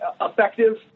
effective